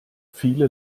viele